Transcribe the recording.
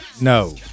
No